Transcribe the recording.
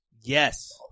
Yes